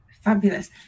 Fabulous